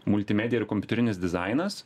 multimedija ir kompiuterinis dizainas